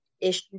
issue